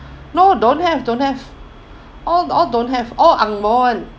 no don't have don't have all all don't have all angmoh [one]